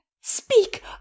Speak